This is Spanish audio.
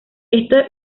esto